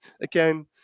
again